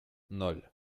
ноль